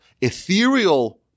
ethereal